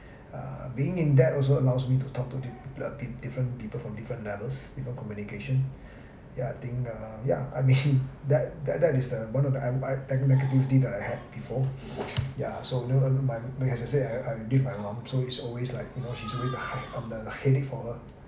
err being in that also allows me to talk to di~ uh bit different people from different levels different communication yeah I think uh yeah I mean that that that is the one of the envir~ nega~ negativity that I had before yeah so as I say I leave my mum so it's always like you know she's always of the headache for her